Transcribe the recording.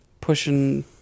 pushing